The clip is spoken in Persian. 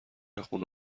خونه